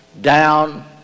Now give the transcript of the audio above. down